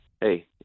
hey